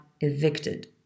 evicted